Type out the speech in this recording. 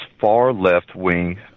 far-left-wing